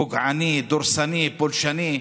פוגעני, דורסני, פולשני,